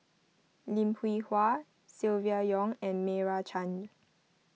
Lim Hwee Hua Silvia Yong and Meira Chand